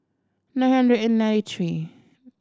nine hundred and ninety three